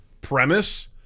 premise